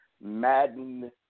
Madden